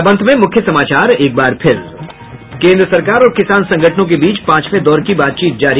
और अब अंत में मुख्य समाचार एक बार फिर केंद्र सरकार और किसान संगठनों के बीच पांचवें दौर की बातचीत जारी